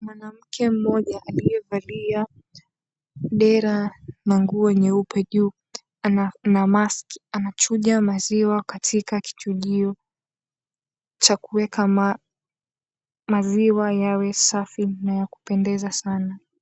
Mwanamke mmoja aliyevalia dera na nguo nyeupe juu ana maski. Anachuja maziwa katika kichungio cha kuweka maziwa yawe safi na ya kupendeza saana.